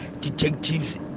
detectives